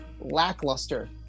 lackluster